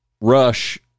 rush